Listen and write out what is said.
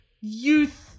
youth